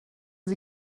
sie